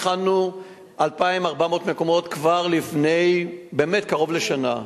הכנו 2,400 מקומות כבר לפני קרוב לשנה,